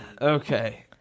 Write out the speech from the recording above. okay